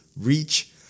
reach